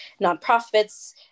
nonprofits